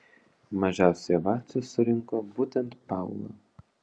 mažiausiai ovacijų surinko būtent paula